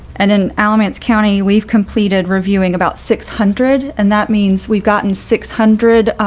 and in alamance county, we've completed reviewing about six hundred. and that means we've gotten six hundred.